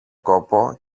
κόπο